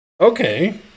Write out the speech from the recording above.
Okay